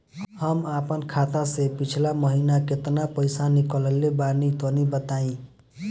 हम आपन खाता से पिछला महीना केतना पईसा निकलने बानि तनि बताईं?